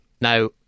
Now